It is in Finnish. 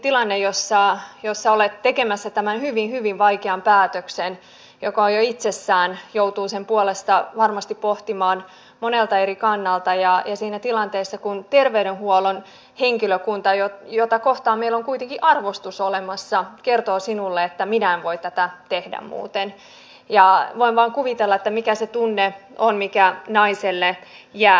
jos tosiaankin tilanteessa jossa olet tekemässä tämän hyvin hyvin vaikean päätöksen jota jo itsessään joutuu sen puolesta varmasti pohtimaan monelta eri kannalta terveydenhuollon henkilökunta jota kohtaan meillä on kuitenkin arvostus olemassa kertoo sinulle että minä en muuten voi tehdä tätä niin voin vain kuvitella mikä se tunne on mikä naiselle jää